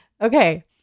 Okay